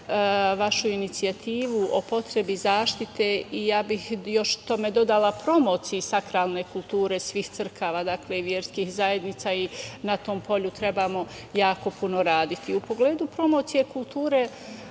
vašu inicijativu o potrebi zaštite i ja bih još tome dodala promociji sakralne kulture svih crkava i verskih zajednica i na tom polju trebamo jako puno raditi.U pogledu promocije kulture,